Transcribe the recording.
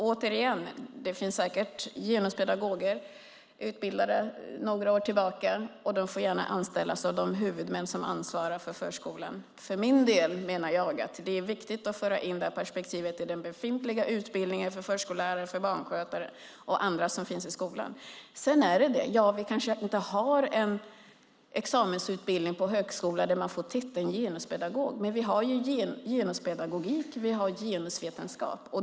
Återigen: Det finns säkert genuspedagoger utbildade några år tillbaka. De får gärna anställas av de huvudmän som ansvarar för förskolan. För egen del menar jag att det är viktigt att föra in det här perspektivet i befintlig utbildning för förskollärare, barnskötare och andra som finns i skolan. Ja, vi har kanske inte en examensutbildning i högskolan där man får titeln genuspedagog. Men vi har genuspedagogik och genusvetenskap.